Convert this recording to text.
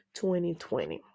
2020